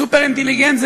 סופר-אינטליגנט,